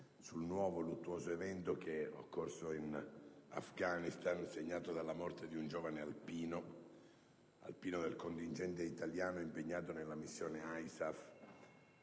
sul nuovo luttuoso evento che è occorso in Afghanistan, segnato dalla morte di un giovane alpino del contingente italiano impegnato nella missione ISAF